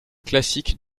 classique